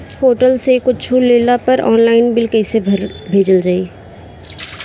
Hotel से कुच्छो लेला पर आनलाइन बिल कैसे भेजल जाइ?